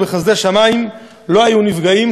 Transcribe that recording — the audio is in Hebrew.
בחסדי שמים לא היו נפגעים".